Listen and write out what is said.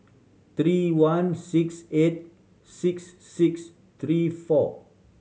three one six eight six six three four